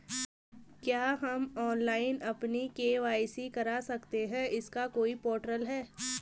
क्या हम ऑनलाइन अपनी के.वाई.सी करा सकते हैं इसका कोई पोर्टल है?